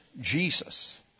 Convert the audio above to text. Jesus